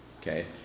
Okay